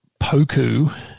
Poku